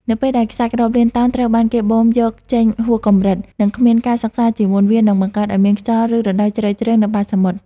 នៅពេលដែលខ្សាច់រាប់លានតោនត្រូវបានគេបូមយកចេញហួសកម្រិត និងគ្មានការសិក្សាជាមុន វានឹងបង្កើតឱ្យមានរន្ធខ្យល់ ឬរណ្តៅជ្រៅៗនៅបាតទន្លេ។